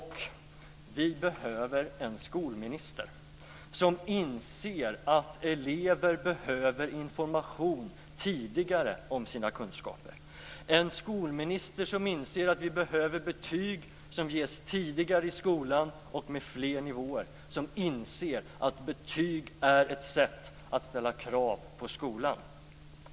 Vi behöver en skolminister som inser att elever behöver information om sina kunskaper tidigare, en skolminister som inser att vi behöver betyg som ges tidigare i skolan och med fler nivåer, som inser att betyg är ett sätt att ställa krav på skolan.